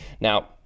Now